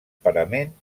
parament